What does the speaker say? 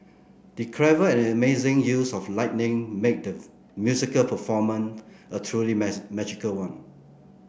the clever and amazing use of lighting made the musical performance a truly magical one